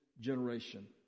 generation